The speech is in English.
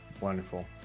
Wonderful